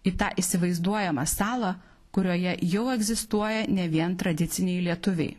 į tą įsivaizduojamą salą kurioje jau egzistuoja ne vien tradiciniai lietuviai